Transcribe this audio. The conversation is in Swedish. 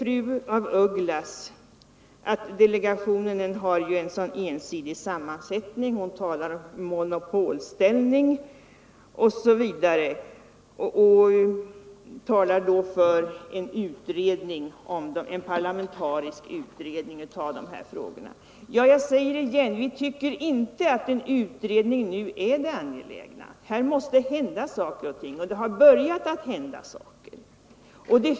Fru af Ugglas säger att delegationen har en ensidig sammansättning —- hon talar om monopolställning osv. och förordar en parlamentarisk utredning. Jag upprepar att vi inte tycker att en sådan utredning nu är det mest angelägna. Här måste det hända någonting, och det har för övrigt redan börjat hända saker och ting.